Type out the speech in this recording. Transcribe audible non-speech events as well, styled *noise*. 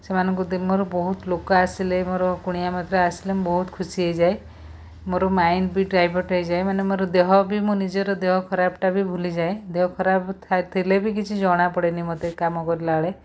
ସେମାନଙ୍କୁ *unintelligible* ମୋର ବହୁତ ଲୋକ ଆସିଲେ ମୋର କୁଣିଆମୈତ୍ର ଆସିଲେ ମୁଁ ବହୁତ ଖୁସି ହେଇଯାଏ ମୋର ମାଇଣ୍ଡ୍ ବି ଡାଇଭର୍ଟ ହେଇଯାଏ ମାନେ ମୋର ଦେହ ବି ମୋ ନିଜର ଦେହ ଖରାପ୍ଟା ବି ଭୁଲିଯାଏ ଦେହ ଖରାପ୍ ଥା ଥିଲେ ବି ମୋତେ ଜଣାପଡ଼େନି ମୋତେ କାମ କଲା ବେଳେ